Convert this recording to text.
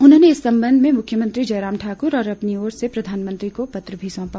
उन्होंने इस संबंध में मुख्यमंत्री जयराम ठाकुर और अपनी ओर से प्रधानमंत्री को पत्र भी सौंपा